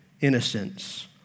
innocence